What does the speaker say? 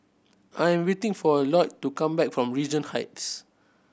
I am waiting for Lloyd to come back from Regent Heights